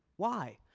why?